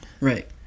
Right